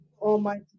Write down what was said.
Almighty